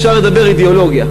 אפשר לדבר אידיאולוגיה.